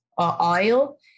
oil